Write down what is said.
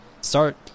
start